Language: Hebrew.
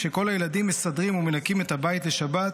כשכל הילדים מסדרים ומנקים את הבית לשבת,